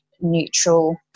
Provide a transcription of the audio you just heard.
neutral